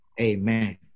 Amen